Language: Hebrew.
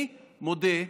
אני מודה,